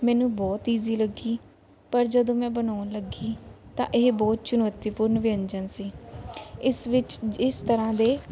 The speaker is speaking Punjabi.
ਮੈਨੂੰ ਬਹੁਤ ਈਜੀ ਲੱਗੀ ਪਰ ਜਦੋਂ ਮੈਂ ਬਣਾਉਣ ਲੱਗੀ ਤਾਂ ਇਹ ਬਹੁਤ ਚੁਣੌਤੀਪੂਰਨ ਵਿਅੰਜਨ ਸੀ ਇਸ ਵਿੱਚ ਇਸ ਤਰ੍ਹਾਂ ਦੇ